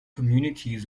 communities